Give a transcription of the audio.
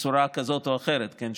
בצורה כזאת או אחרת, כן?